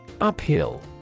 Uphill